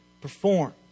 perform